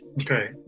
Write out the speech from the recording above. Okay